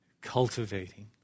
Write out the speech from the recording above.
cultivating